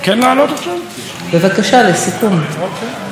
בבקשה, סיכום.